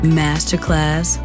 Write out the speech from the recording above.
masterclass